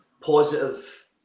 positive